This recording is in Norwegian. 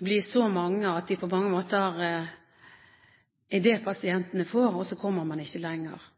bli så mange at det på mange måter er det pasientene får, og så kommer man ikke lenger.